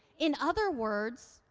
in other words,